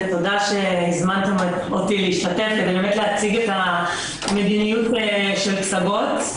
ותודה שהזמנתם אותי להשתתף כדי להציג את המדיניות של פסגות.